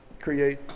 create